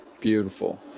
Beautiful